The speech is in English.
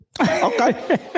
Okay